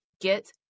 Get